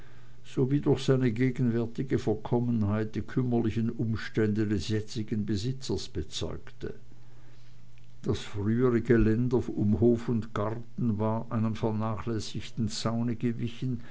sowie durch seine gegenwärtige verkommenheit die kümmerlichen umstände des jetzigen besitzers bezeugte das frühere geländer um hof und garten war einem vernachlässigten zaune gewichen